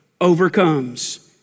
overcomes